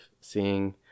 seeing